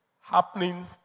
happening